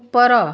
ଉପର